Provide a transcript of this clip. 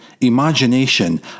imagination